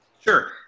Sure